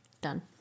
done